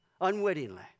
unwittingly